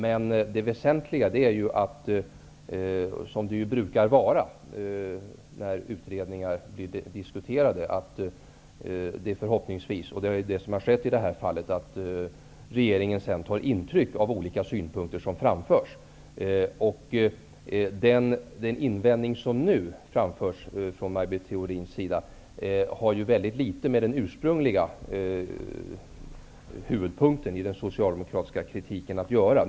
Men det väsentliga är, som det ju brukar vara när utredningar diskuteras, att regeringen sedan tar intryck av olika synpunkter som framförs. Det är också vad som har skett i det här fallet. Den invändning som Maj Britt Theorin nu framför har mycket litet med den ursprungliga huvudpunkten i den socialdemokratiska kritiken att göra.